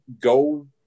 go